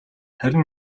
харин